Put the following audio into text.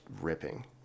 ripping